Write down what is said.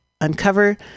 uncover